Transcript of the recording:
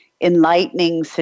enlightening